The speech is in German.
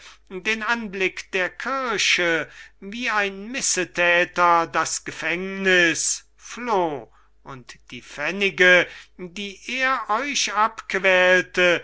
den anblick der kirche wie ein missethäter das gefängniß floh und die pfennige die er euch